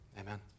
Amen